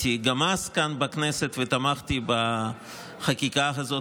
גם אז הייתי כאן בכנסת, ותמכתי בחקיקה הזאת.